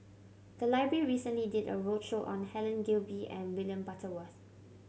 the library recently did a roadshow on Helen Gilbey and William Butterworth